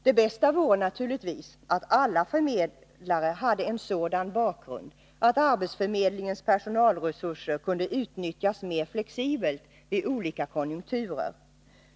Det bästa vore naturligtvis att alla förmedlare hade en sådan bakgrund att arbetsförmedlingens personalresurser kunde utnyttjas mer flexibelt vid olika konjunkturer.